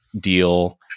deal